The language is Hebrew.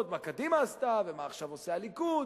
מה קדימה עשתה ומה עכשיו עושה הליכוד,